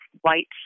white